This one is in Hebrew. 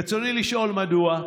רצוני לשאול: 1. מדוע?